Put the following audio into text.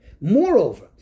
moreover